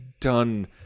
done